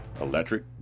Electric